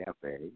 Cafe